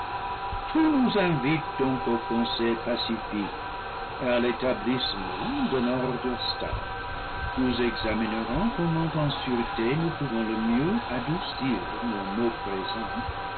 tout nous invite donc aux conseils pacifiques et à l'établissement d'un ordre stable nous examinerons comment en sûreté nous pouvons le mieux adoucir nos maux présents